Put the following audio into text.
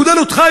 כולל אותך,